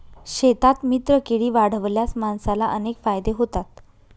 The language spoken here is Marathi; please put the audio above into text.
शेतात मित्रकीडी वाढवल्यास माणसाला अनेक फायदे होतात